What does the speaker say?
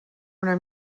una